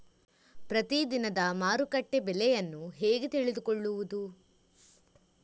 ಪ್ರತಿದಿನದ ಮಾರುಕಟ್ಟೆ ಬೆಲೆಯನ್ನು ಹೇಗೆ ತಿಳಿದುಕೊಳ್ಳುವುದು?